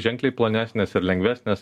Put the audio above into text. ženkliai plonesnės ir lengvesnės